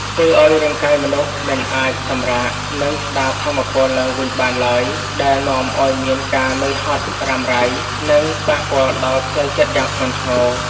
ធ្វើឱ្យរាងកាយមនុស្សមិនអាចសម្រាក និងស្តារថាមពលឡើងវិញបានឡើយ ដែលនាំឱ្យមានការនឿយហត់រ៉ាំរ៉ៃ និងប៉ះពាល់ដល់ផ្លូវចិត្តយ៉ាងធ្ងន់ធ្ងរ។